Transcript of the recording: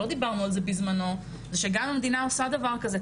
שלא חשבנו על זה בזמנו שגם אם המדינה עושה דבר כזה,